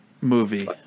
movie